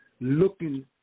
looking